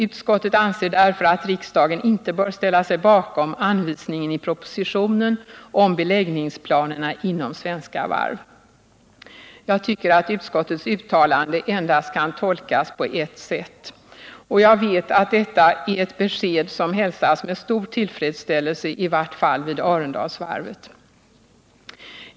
Utskottet anser därför att riksdagen inte bör ställa sig bakom anvisningen i propositionen om beläggningsplaneringen inom Svenska Varv. Jag tycker att utskottets uttalande endast kan tolkas på ett sätt, och jag vet att detta är ett besked som hälsas med stor tillfredsställelse i varje fall vid Arendalsvarvet.